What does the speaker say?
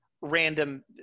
random